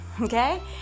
okay